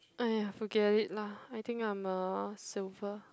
!aiya! forget it lah I think I'm a silver